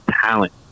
talent